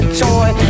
joy